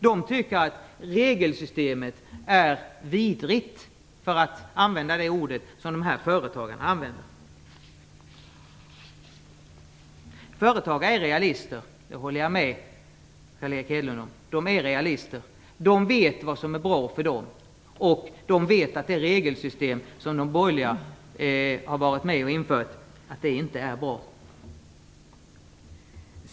De tycker att regelsystemet är vidrigt, för att tillgripa det ord som dessa företag själva använder. Jag håller med Carl Erik Hedlund om att företagare är realister. De vet vad som är bra för dem, och de vet att det regelsystem som de borgerliga har varit med om att införa inte är bra.